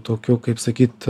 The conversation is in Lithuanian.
tokių kaip sakyt